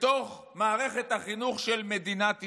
בתוך מערכת החינוך של מדינת ישראל.